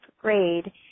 grade